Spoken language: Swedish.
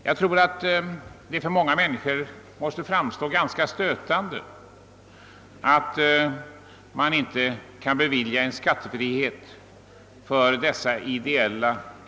Jag tror att det för många människor framstår som stötande att det inte är möjligt att bevilja skattefrihet i det sistnämnda fallet.